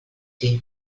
dir